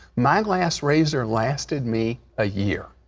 my and last razor lasted me a year.